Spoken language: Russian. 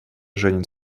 женин